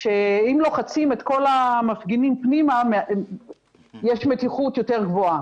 שאם לוחצים את כל המפגינים פנימה יש מתיחות יותר גבוהה